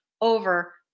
over